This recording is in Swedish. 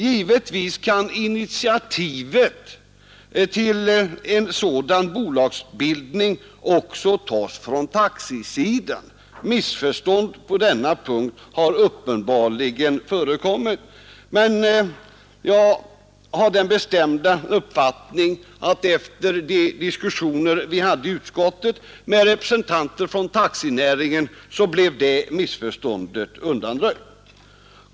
Givetvis kan initiativet till en sådan bolagsbildning också tas från taxisidan. Missförstånd på denna punkt har uppenbarligen förekommit, men jag har den bestämda uppfattningen att efter de diskussioner vi hade i utskottet med representanter för taxinäringen blev det missförståndet undanröjt.